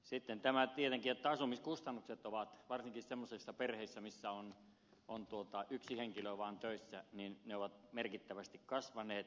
sitten on tietenkin tämä että asumiskustannukset varsinkin semmoisissa perheissä missä on vaan yksi henkilö töissä ovat merkittävästi kasvaneet